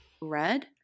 red